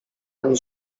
ani